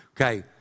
Okay